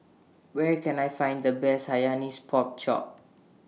Where Can I Find The Best Hainanese Pork Chop